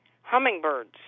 hummingbirds